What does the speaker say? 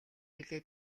билээ